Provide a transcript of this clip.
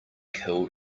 killed